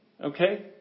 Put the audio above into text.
Okay